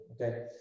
okay